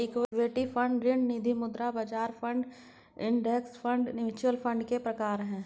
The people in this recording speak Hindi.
इक्विटी फंड ऋण निधिमुद्रा बाजार fund index fund mutual fund के प्रकार हैं